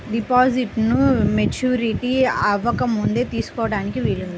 డిపాజిట్ను మెచ్యూరిటీ అవ్వకముందే తీసుకోటానికి వీలుందా?